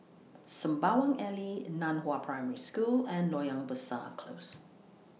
Sembawang Alley NAN Hua Primary School and Loyang Besar Close